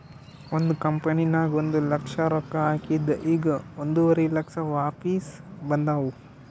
ಒಂದ್ ಕಂಪನಿನಾಗ್ ಒಂದ್ ಲಕ್ಷ ರೊಕ್ಕಾ ಹಾಕಿದ್ ಈಗ್ ಒಂದುವರಿ ಲಕ್ಷ ವಾಪಿಸ್ ಬಂದಾವ್